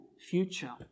future